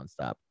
nonstop